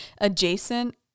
adjacent